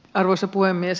arvoisa puhemies